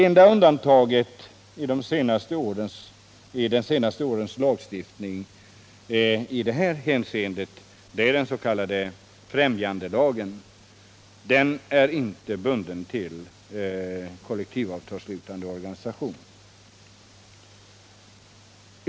Enda undantaget i de senaste årens lagstiftning i detta hänseende är den s.k. främjandelagen, som alltså inte är bunden till kollektivavtalsslutande organisation.